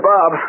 Bob